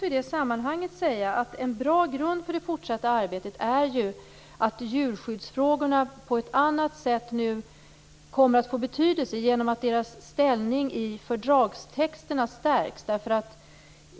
I det sammanhanget vill jag säga att en bra grund för det fortsatta arbetet är ju att djurskyddsfrågorna på ett annat sätt nu kommer att få betydelse genom att deras ställning i fördragstexterna stärks.